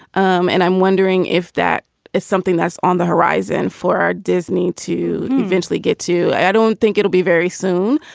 um and i'm wondering if that is something that's on the horizon for disney to eventually get to. i don't think it'll be very soon.